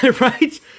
right